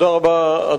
תודה רבה.